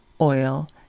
oil